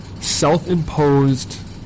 self-imposed